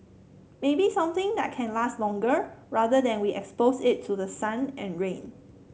maybe something that can last longer rather than we expose it to the sun and rain